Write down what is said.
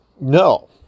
No